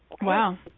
Wow